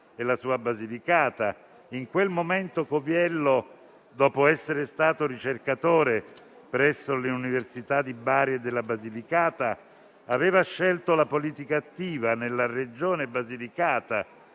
e la sua Basilicata. In quel momento Coviello, dopo essere stato ricercatore presso le università di Bari e della Basilicata, aveva scelto la politica attiva nella Regione Basilicata,